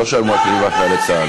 לא שאת לא מקריבה חיילי צה"ל.